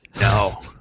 No